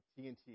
TNT